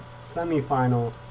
semifinal